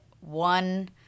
one